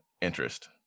interest